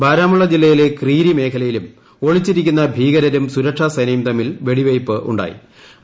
ബാരാമുള്ള ജില്ലയിലെ ക്രീരി മേഖലയിലാണ് ഒളിച്ചിരിക്കുന്ന ഭീകരരും സുരക്ഷാസേനയും തമ്മിൽ വെടിവയ്പ് തുടരുന്നത്